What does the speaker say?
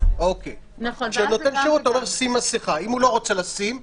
אם הוא לא רוצה לשים מסיכה,